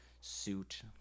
suit